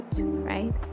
right